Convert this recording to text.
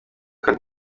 card